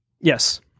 Yes